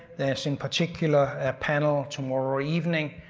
there's in particular a panel tomorrow evening